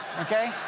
Okay